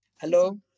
Hello